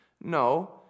No